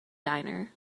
diner